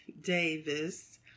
Davis